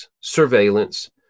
surveillance